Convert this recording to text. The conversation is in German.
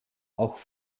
auch